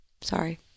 Sorry